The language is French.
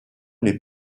les